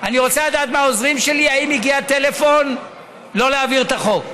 אני רוצה לדעת מהעוזרים שלי אם הגיע טלפון לא להעביר את החוק.